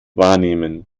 wahrnehmen